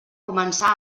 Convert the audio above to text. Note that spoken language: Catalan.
començà